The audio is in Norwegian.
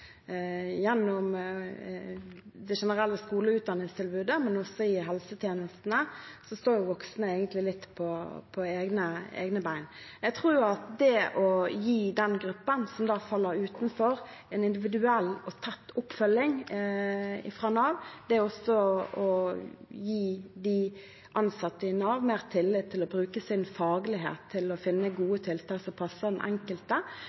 gjennom det generelle skole- og utdanningstilbudet og også i helsetjenestene, står voksne egentlig litt på egne bein. Jeg tror at det å gi den gruppen som da faller utenfor, en individuell og tett oppfølging fra Nav og å gi de ansatte i Nav mer tillit til å bruke sin faglighet til å finne gode tiltak som passer den enkelte,